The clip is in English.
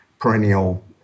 perennial